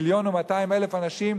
1,200,000 אנשים,